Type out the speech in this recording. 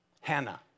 Hannah